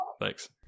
Thanks